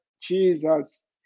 Jesus